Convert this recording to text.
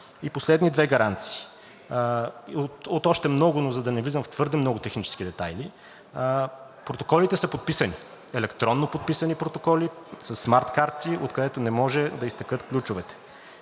И последни две гаранции от още много, но да не влизам в твърде много технически детайли. Протоколите са подписани – електронно подписани протоколи, със смарт карти, откъдето не може да изтекат ключовете.